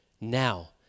now